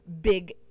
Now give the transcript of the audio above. big